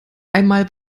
einmal